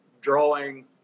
drawing